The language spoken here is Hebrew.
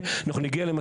כנראה מוצלח,